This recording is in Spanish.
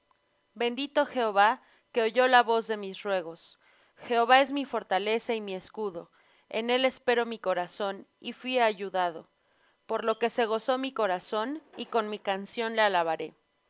bendito jehová que oyó la voz de mis ruegos jehová es mi fortaleza y mi escudo en él esperó mi corazón y fuí ayudado por lo que se gozó mi corazón y con mi canción le alabaré